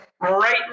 Right